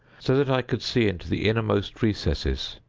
so that i could see into the innermost recesses,